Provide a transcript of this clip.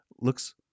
looks